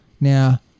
Now